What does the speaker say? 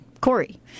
Corey